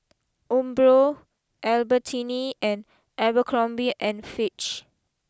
Umbro Albertini and Abercrombie and Fitch